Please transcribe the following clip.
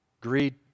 greed